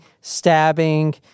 stabbing